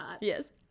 Yes